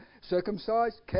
circumcised